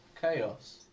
chaos